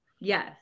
yes